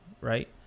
right